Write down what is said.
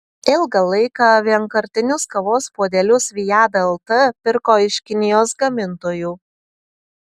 ilgą laiką vienkartinius kavos puodelius viada lt pirko iš kinijos gamintojų